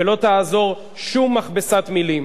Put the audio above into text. ולא תעזור שום מכבסת מלים.